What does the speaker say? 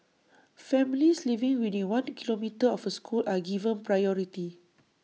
families living within one kilometre of A school are given priority